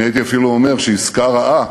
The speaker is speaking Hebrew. אני הייתי אפילו אומר שעסקה רעה